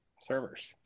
servers